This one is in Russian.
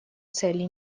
цели